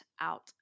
out